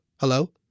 Hello